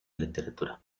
literatura